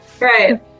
right